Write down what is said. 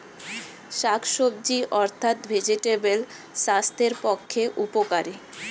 শাকসবজি অর্থাৎ ভেজিটেবল স্বাস্থ্যের পক্ষে উপকারী